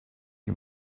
you